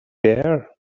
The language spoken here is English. there